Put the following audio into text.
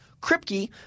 Kripke